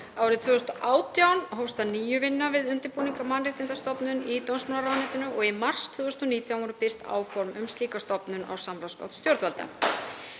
Árið 2018 hófst að nýju vinna við undirbúning að mannréttindastofnun í dómsmálaráðuneytinu og í mars 2019 voru birt áform um slíka stofnun á samráðsgátt stjórnvalda.